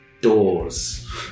doors